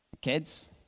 kids